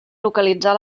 localitzar